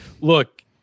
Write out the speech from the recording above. Look